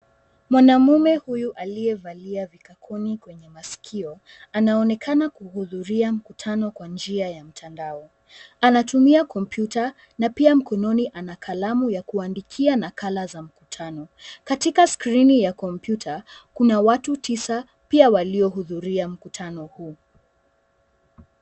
Mwanamume huyu aliyevalia vikakuni vya masikio anaonekana kuhudhuria mkutano kwa njia ya mtandao. Anatumia kompyuta na pia mkononi ana kalamu ya kuandikia nakala za mkutano. Katika skrini ya kompyuta, kuna watu tisa pia waliohudhuria mkutano huu.